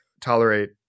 tolerate